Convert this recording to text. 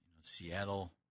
Seattle